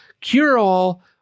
cure-all